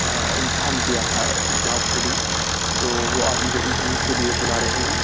امتحان دیا تھا جاب کے لیے تو وہ آج مجھے انٹرویو کے لیے بلا رہے ہیں